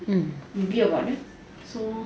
mm maybe about there so